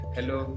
Hello